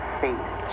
face